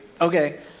Okay